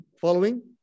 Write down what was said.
following